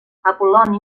apol·loni